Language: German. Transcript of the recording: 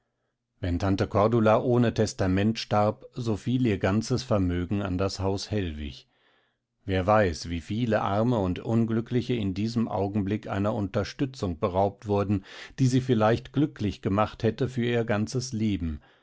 wenn tante cordula ohne testament starb so fiel ihr ganzes vermögen an das haus hellwig wer weiß wie viele arme und unglückliche in diesem augenblick einer unterstützung beraubt wurden die sie vielleicht glücklich gemacht hätte für ihr ganzes leben